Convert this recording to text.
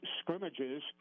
scrimmages